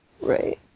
Right